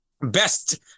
best –